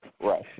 Right